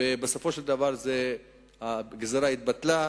ובסופו של דבר הגזירה התבטלה,